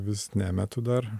vis nemetu dar